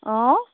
অঁ